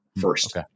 first